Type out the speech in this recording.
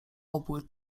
obły